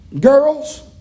Girls